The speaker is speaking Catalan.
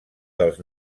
dels